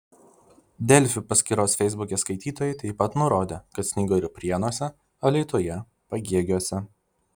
delfi paskyros feisbuke skaitytojai taip pat nurodė kad snigo ir prienuose alytuje pagėgiuose